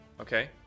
okay